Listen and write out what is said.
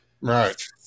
right